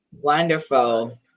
Wonderful